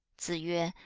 zi yue,